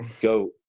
go